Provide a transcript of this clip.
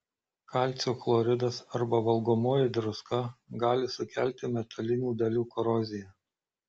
kalcio chloridas ar valgomoji druska gali sukelti metalinių dalių koroziją